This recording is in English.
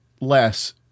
less